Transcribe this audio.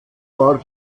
war